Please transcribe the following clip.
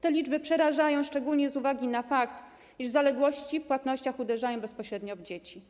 Te liczby przerażają szczególnie z uwagi na fakt, iż zaległości w płatnościach uderzają bezpośrednio w dzieci.